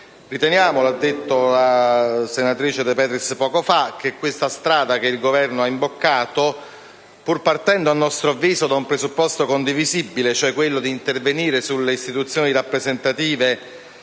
Riteniamo, come ha detto la senatrice De Petris poco fa, che la strada che il Governo ha imboccato, pur partendo da un presupposto condivisibile, cioè quello di intervenire sulle istituzioni rappresentative